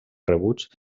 rebuts